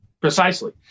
Precisely